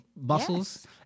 muscles